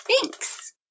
Thanks